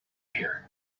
here